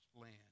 land